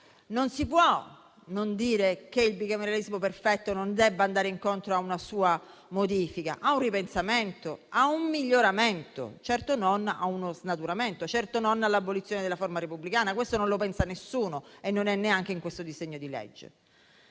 non si può non dire che il bicameralismo perfetto non debba andare incontro a una modifica, un ripensamento, un miglioramento, certo non a uno snaturamento, certo non all'abolizione della forma repubblicana. Questo non lo pensa nessuno e non è neanche in questo disegno di legge.